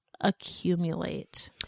accumulate